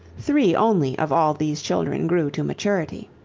three only of all these children grew to maturity.